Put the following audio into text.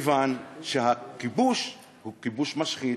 כיוון שהכיבוש הוא כיבוש משחית,